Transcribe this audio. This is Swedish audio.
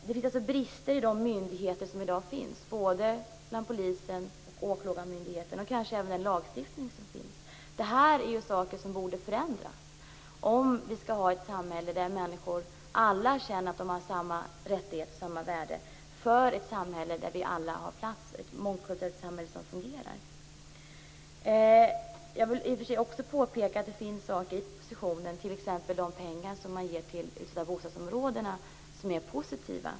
Det finns i dag brister hos myndigheterna, både hos polisen och hos åklagarmyndigheterna, och kanske också i den lagstiftning som finns. Det är saker som borde förändras om vi skall ha ett samhälle där alla människor känner att de har samma rättigheter och samma värde, ett samhälle där vi alla har plats, och ett mångkulturellt samhälle som fungerar. Jag vill också påpeka att det finns saker i propositionen - t.ex. de pengar som skall ges till utsatta bostadsområden - som är positiva.